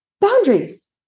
boundaries